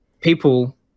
people